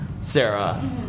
Sarah